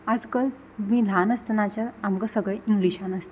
आजकाल भुगीं ल्हान आसतनाच्यान आमकां सगळें इंग्लिशान आसता